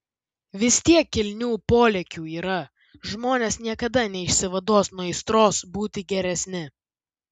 vis tiek kilnių polėkių yra žmonės niekada neišsivaduos nuo aistros būti geresni